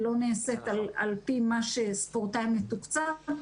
היא לא נעשית על פי מה שספורטאי מתוקצב.